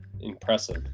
Impressive